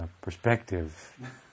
perspective